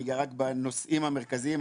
רק בנושאים המרכזיים.